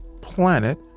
planet